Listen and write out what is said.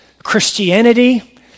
Christianity